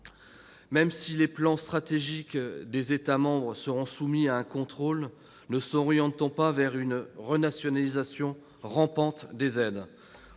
Même si les plans stratégiques des États membres seront soumis à un contrôle, ne s'oriente-t-on pas vers une renationalisation rampante des aides ?